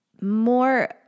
more